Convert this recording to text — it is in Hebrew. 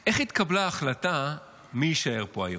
ומה שעניין אותי: איך התקבלה ההחלטה מי יישאר פה היום.